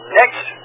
next